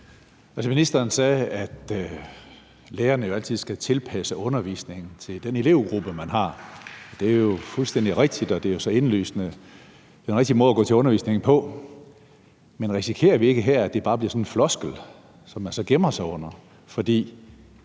Ministeren sagde, at lærerne jo altid skal tilpasse undervisningen den elevgruppe, man har. Det er jo fuldstændig rigtigt, og det er så indlysende den rigtige måde at gå til undervisningen på. Men risikerer vi ikke her, at det bare bliver sådan en floskel, som man så gemmer sig under? For